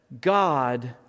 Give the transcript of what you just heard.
God